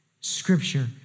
scripture